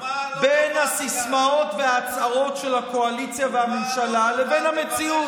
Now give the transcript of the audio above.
בין הסיסמאות וההצהרות של הקואליציה והממשלה לבין המציאות.